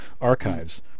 archives